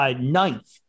ninth